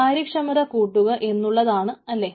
കാര്യക്ഷമത കൂട്ടുക എന്നുള്ളതാണ് അല്ലെ